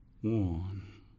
one